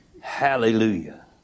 Hallelujah